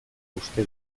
uste